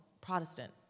Protestant